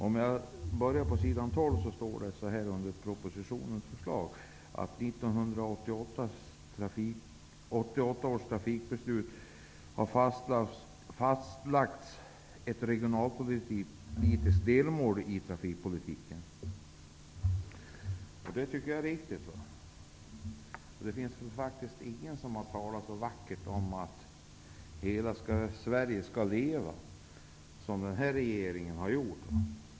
På s. 12 står det under rubriken Propositionens förslag: ''-- 1988 års trafikpolitiska beslut har fastlagt ett regionalpolitiskt delmål i trafikpolitiken.'' Det tycker jag är viktigt. Det finns faktiskt ingen som har talat så vackert om att hela Sverige skall leva som den här regeringen har gjort.